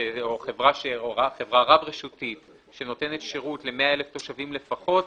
או חברה רב רשותית שנותנת שרות ל-100 אלף תושבים לפחות,